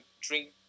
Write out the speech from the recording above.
drink